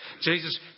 Jesus